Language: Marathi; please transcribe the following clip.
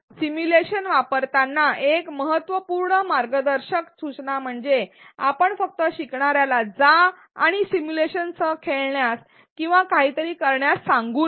सिमुलेशन वापरताना एक महत्त्वपूर्ण मार्गदर्शक सूचना म्हणजे आपण फक्त शिकणार्याला जा आणि सिमुलेशनसह खेळण्यास किंवा काहीतरी करण्यास सांगू नये